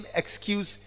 excuse